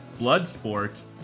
Bloodsport